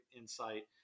insight